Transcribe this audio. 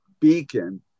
beacon